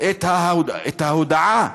את ההודאה,